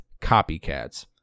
copycats